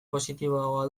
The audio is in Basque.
positiboagoa